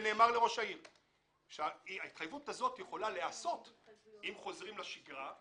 ונאמר לראש העירייה שההתחייבות הזאת יכולה להיעשות אם חוזרים לשגרה,